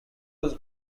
was